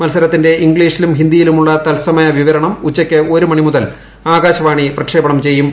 മത്സരത്തിന്റെ ഇംഗ്ലീഷിലും ഹിന്ദിയിലുമുള്ള തത്സമയ വിവരണം ഉച്ചയ്ക്ക് ഒരു മണി മുതൽ ആകാശവാണി പ്രക്ഷേപണം ചെയ്യും